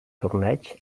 torneig